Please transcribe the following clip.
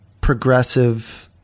progressive